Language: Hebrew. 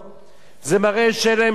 זה מראה שאין להם שום פחד,